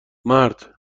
مرد